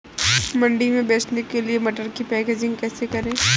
मंडी में बेचने के लिए मटर की पैकेजिंग कैसे करें?